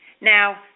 Now